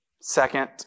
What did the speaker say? Second